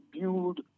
build